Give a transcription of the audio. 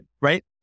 right